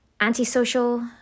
antisocial